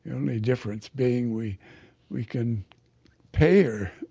only difference being we we can pay her.